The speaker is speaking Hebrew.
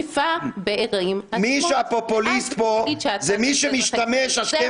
מי שהוא הפופוליסט פה זה מי שמשתמש השכם